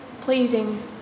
pleasing